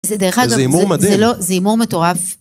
זה דרך אגב, זה לא, זה הימור מטורף.